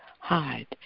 hide